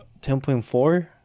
10.4